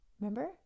Remember